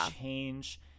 change